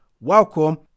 Welcome